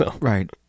Right